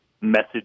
message